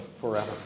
forever